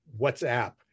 WhatsApp